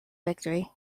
victory